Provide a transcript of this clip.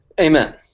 Amen